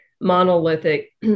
monolithic